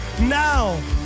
now